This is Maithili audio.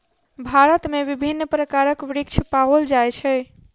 भारत में विभिन्न प्रकारक वृक्ष पाओल जाय छै